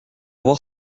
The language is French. voir